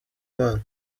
imana